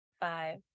five